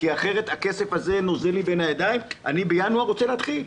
כי אחרת הכסף הזה נוזל לי בין האצבעות ואני בינואר רוצה להכשיר.